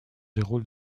déroule